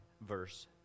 verse